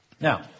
Now